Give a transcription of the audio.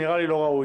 זה נראה לי לא ראוי.